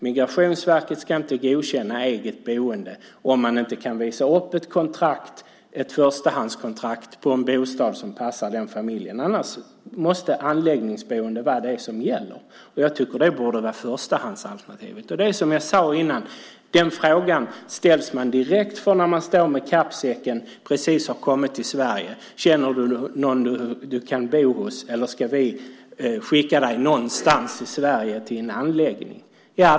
Migrationsverket ska inte godkänna eget boende om man inte kan visa upp ett förstahandskontrakt på en bostad som passar den familjen, annars måste anläggningsboende vara det som gäller. Jag tycker att det borde vara förstahandsalternativet. Det är som jag sade tidigare, att den frågan man direkt ställs inför när man står med kappsäcken och precis har kommit till Sverige är: Känner du någon du kan bo hos eller ska vi skicka dig till en anläggning någonstans i Sverige?